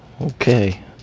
okay